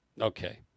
Okay